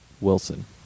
Wilson